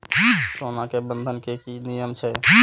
सोना के बंधन के कि नियम छै?